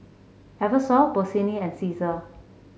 Eversoft Bossini and Cesar